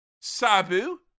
sabu